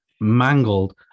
mangled